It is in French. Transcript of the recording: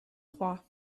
trois